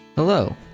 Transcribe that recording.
Hello